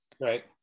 Right